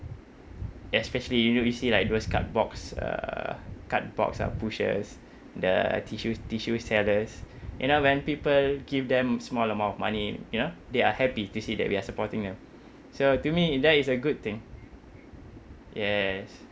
especially you know you see like those card box uh card box uh pushes the tissue tissue sellers you know when people give them small amount of money you know they are happy to see that we are supporting them so to me that is a good thing yes